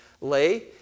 lay